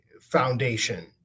Foundation